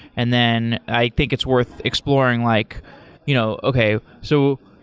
and then i think it's worth exploring like you know okay. so